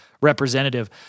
representative